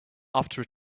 after